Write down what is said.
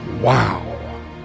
Wow